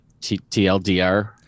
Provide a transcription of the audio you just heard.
TLDR